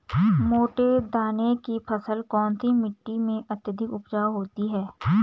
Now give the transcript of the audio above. मोटे दाने की फसल कौन सी मिट्टी में अत्यधिक उपजाऊ होती है?